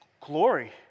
glory